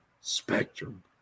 Spectrum